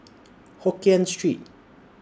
Hokkien Street